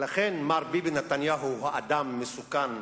ולכן מר ביבי נתניהו הוא אדם מסוכן,